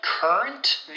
Current